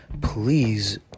please